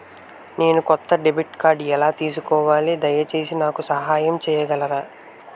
నేను కొత్త డెబిట్ కార్డ్ని ఎలా తీసుకోవాలి, దయచేసి నాకు సహాయం చేయగలరా?